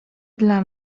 dla